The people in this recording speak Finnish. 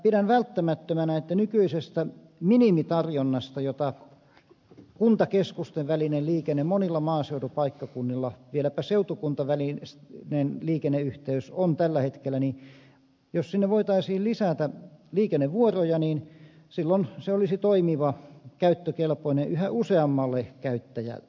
pidän välttämättömänä että nykyiseen minimitarjontaan jota kuntakeskusten välinen liikenne monilla maaseutupaikkakunnilla vieläpä seutukuntavälinen liikenneyhteys on tällä hetkellä voitaisiin lisätä liikennevuoroja jolloin se olisi toimiva ja käyttökelpoinen yhä useammalle käyttäjälle